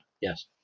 Yes